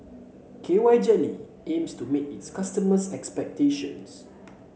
K Y Jelly aims to meet its customers' expectations